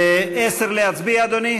10, להצביע, אדוני?